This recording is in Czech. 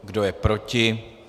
Kdo je proti?